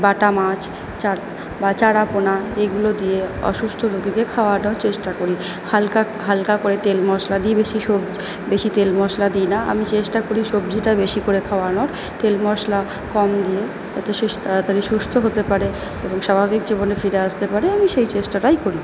বাটা মাছ বা চারাপোনা এইগুলো দিয়ে অসুস্থ রোগীকে খাওয়ানোর চেষ্টা করি হালকা হালকা করে তেল মশলা দিই বেশি বেশি তেল মশলা দিই না আমি চেষ্টা করি সবজিটা বেশি করে খাওয়ানোর তেল মশলা কম দিয়ে যাতে তাড়াতাড়ি সুস্থ হতে পারে এবং স্বাভাবিক জীবনে ফিরে আসতে পারে আমি সেই চেষ্টাটাই করি